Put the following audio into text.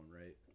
right